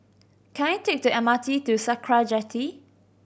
can I take the M R T to Sakra Jetty